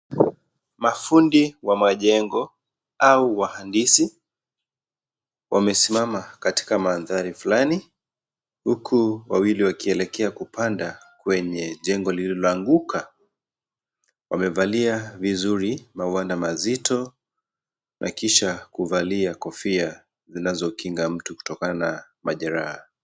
Mafundi wa majengo au wa handisi wamesimama katika mandhari fulani huku wawili wakielekea kupanda kwenye jengo lililoanguka, wamevalia vizuri mawanda mazito na kisha kuvalia Kofia zinazokinga mtu kutokana na majeraha.